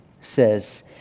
says